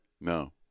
No